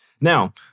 Now